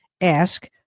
ask